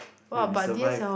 eh we survived